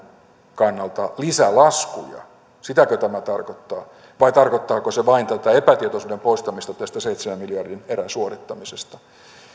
kannalta lisälaskuja sitäkö tämä tarkoittaa vai tarkoittaako se vain epätietoisuuden poistamista tästä seitsemän miljardin erän suorittamisesta